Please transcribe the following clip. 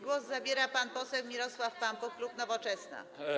Głos zabiera pan poseł Mirosław Pampuch, klub Nowoczesna.